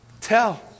Tell